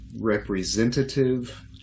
representative